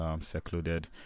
secluded